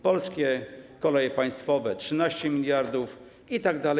Polskie Koleje Państwowe - 13 mld itd.